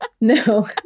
No